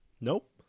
Nope